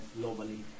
globally